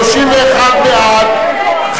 31 בעד,